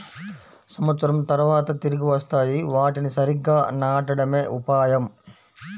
సంవత్సరం తర్వాత తిరిగి వస్తాయి, వాటిని సరిగ్గా నాటడమే ఉపాయం